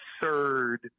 absurd